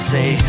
say